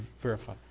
verify